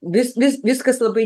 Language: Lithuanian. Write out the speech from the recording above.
vis vis viskas labai